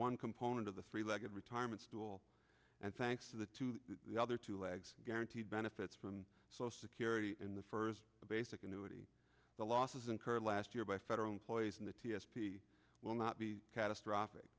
one component of the three legged retirement stool and thanks to the two the other two legs guaranteed benefits from social security in the first basic annuity the losses incurred last year by federal employees in the t s p will not be catastrophic